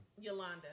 Yolanda